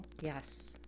Yes